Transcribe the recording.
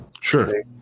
Sure